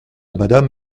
madame